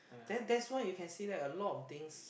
then that's why you can say that a lot of things